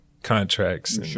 contracts